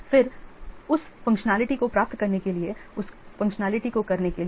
फिर उस फंक्शनैलिटी को प्राप्त करने के लिए उस फंक्शनैलिटी को करने के लिए